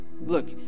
look